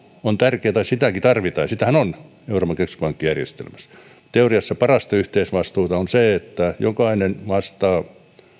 on tärkeätä ja sitäkin tarvitaan ja sitähän on euroopan keskuspankkijärjestelmässä teoriassa parasta yhteisvastuuta on se että jokainen vastaa